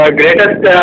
greatest